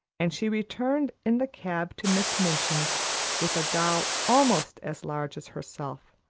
and she returned in the cab to miss minchin's with a doll almost as large as herself,